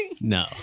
No